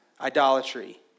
idolatry